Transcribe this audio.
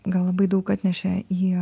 gal labai daug atnešė į